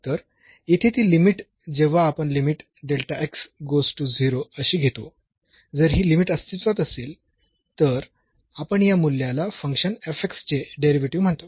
तर येथे ती लिमिट जेव्हा आपण लिमिट अशी घेतो जर ही लिमिट अस्तित्वात असेल तर आपण या मूल्याला फंक्शन चे डेरिव्हेटिव्ह म्हणतो